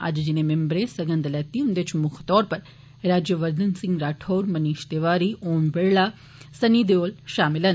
अज्ज जिनें मिंबरें सगंध लैती उंदे च मुक्ख तौर उप्पर राजवर्धन राठौर मनीश तिवारी ओम बिड़ला सन्नी देयोल शामल न